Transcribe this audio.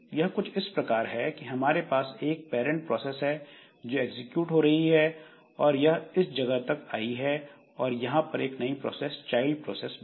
यह कुछ इस प्रकार है कि हमारे पास एक पैरंट प्रोसेस है जो एग्जीक्यूट हो रही है और यह इस जगह तक आई और यहां पर एक नई प्रोसेस चाइल्ड प्रोसेस बनी